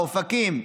אופקים,